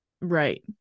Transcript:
right